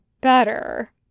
better